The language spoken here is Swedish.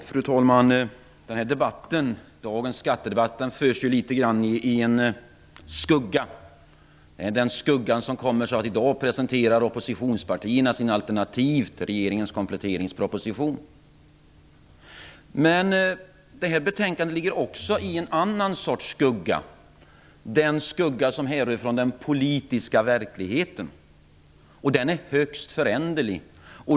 Fru talman! Dagens skattedebatt förs i en skugga. Den skuggan kommer av att oppositionspartierna i dag presenterar sina alternativ till regeringens kompletteringsproposition. Men betänkandet ligger också i en annan sorts skugga - den skugga som härrör från den politiska verkligheten. Den är högst föränderlig.